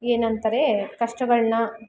ಏನಂತಾರೆ ಕಷ್ಟಗಳನ್ನ